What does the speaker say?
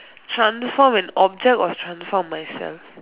transform an object or transform myself